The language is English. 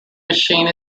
machine